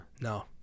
No